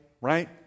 right